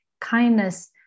kindness